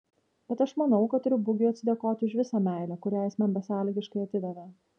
bet aš manau kad turiu bugiui atsidėkoti už visą meilę kurią jis man besąlygiškai atidavė